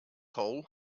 hole